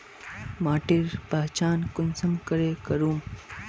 माटिर पहचान कुंसम करे करूम?